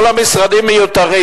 כל המשרדים מיותרים.